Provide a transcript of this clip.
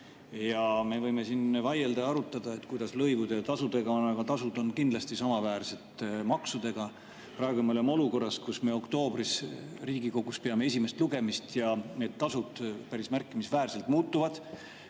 Me võime siin vaielda ja arutada, kuidas lõivude ja tasudega on, aga tasud on kindlasti samaväärsed maksudega. Praegu me oleme olukorras, kus meil oktoobris on Riigikogus esimene lugemine ja need tasud päris märkimisväärselt muutuvad.